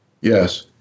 Yes